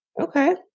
Okay